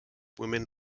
women